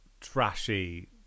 trashy